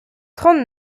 trente